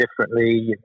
differently